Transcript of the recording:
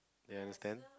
you understand